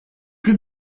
plus